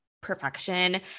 perfection